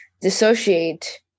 dissociate